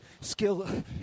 skill